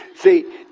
See